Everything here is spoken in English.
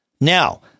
Now